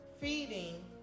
feeding